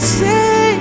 say